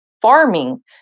farming